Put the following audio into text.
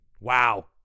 wow